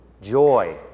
joy